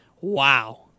wow